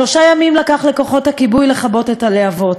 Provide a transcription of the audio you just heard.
שלושה ימים לקח לכוחות הכיבוי לכבות את הלהבות,